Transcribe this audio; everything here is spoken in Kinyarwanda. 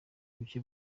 kuki